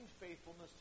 faithfulness